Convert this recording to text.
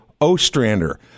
Ostrander